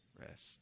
Rest